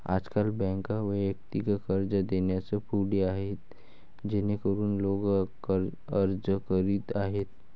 आजकाल बँका वैयक्तिक कर्ज देण्यास पुढे आहेत जेणेकरून लोक अर्ज करीत आहेत